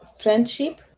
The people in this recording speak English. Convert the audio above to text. friendship